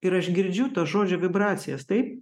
ir aš girdžiu to žodžio vibracijas taip